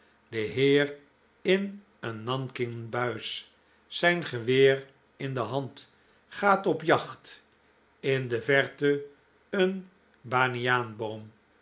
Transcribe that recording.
de heer in een nanking buis zijn geweer in de hand gaat op jacht in de verte een baniaanboom en